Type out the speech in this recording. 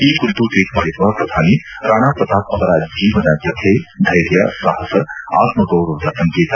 ಈ ಕುರಿತು ಟ್ವೀಟ್ ಮಾಡಿರುವ ಪ್ರಧಾನಿ ರಾಣ ಪ್ರತಾಪ್ ಅವರ ಜೀವನ ಕಥೆ ಧೈರ್ಯ ಸಾಪಸ ಆತ್ಮಗೌರವದ ಸಂಕೇತ